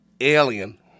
Alien